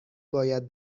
باید